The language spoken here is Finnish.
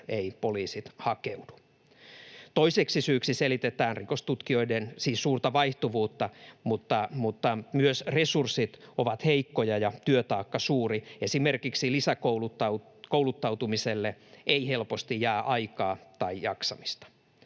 eivät poliisit hakeudu. Toiseksi syyksi selitetään siis rikostutkijoiden suurta vaihtuvuutta, mutta myös resurssit ovat heikkoja ja työtaakka suuri, esimerkiksi lisäkouluttautumiselle ei helposti jää aikaa tai jaksamista.